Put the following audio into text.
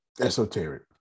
Esoteric